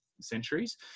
centuries